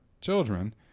children